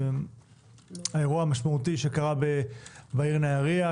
האירוע המשמעותי שקרה בעיר נהריה,